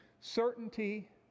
certainty